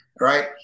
Right